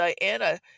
Diana